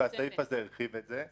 והסעיף הזה הרחיב את זה.